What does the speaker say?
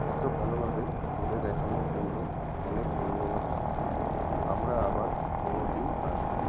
এতো ভালোভাবে ঘুরে দেখানোর জন্য অনেক ধন্যবাদ স্যার আমরা আবার কোনো দিন আসবো